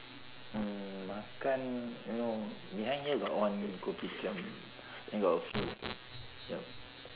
mm makan you know behind here got one kopitiam got a few yup